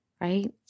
right